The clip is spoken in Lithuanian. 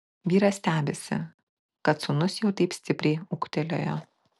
vyras stebisi kad sūnus jau taip stipriai ūgtelėjo